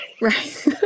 Right